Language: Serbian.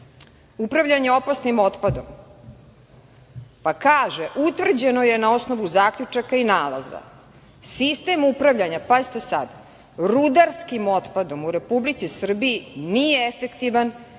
upravljanje opasnim otpadom. Pa kaže: „Utvrđeno je na osnovu zaključaka i nalaza sistem upravljanja“, pazite sad, „rudarskim otpadom u Republici Srbiji nije efektivan,